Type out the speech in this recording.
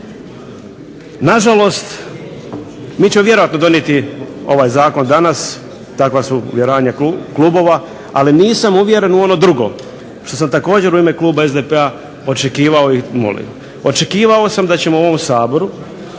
Nažalost, mi ćemo vjerojatno donijeti ovaj zakon danas, takva su uvjeravanja klubova, ali nisam uvjeren u ono drugo, što sam također u ime kluba SDP-a očekivao i molio. Očekivao sam da ćemo u ovom Saboru